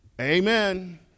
Amen